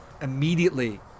Immediately